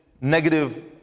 negative